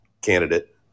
candidate